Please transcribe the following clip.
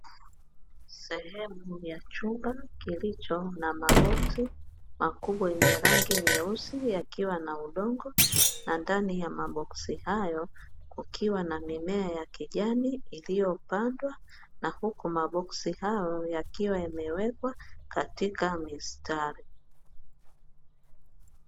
Sehemu ya chumba kilicho na maboksi makubwa yenye rangi nyeusi yakiwa na udongo, na ndani ya maboksi hayo kukiwa na mimea ya kijani iliyopandwa, na huku maboksi hayo yakiwa yamewekwa katika mistari.